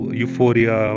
euphoria